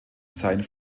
seien